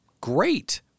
Great